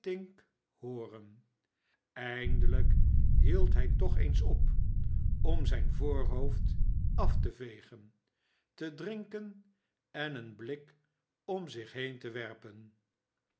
hooren eindelijk hield hij toch eens op om zijn voorhoofd af tejegen te drinken en een blik om zich heen te werpen